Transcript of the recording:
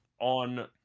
on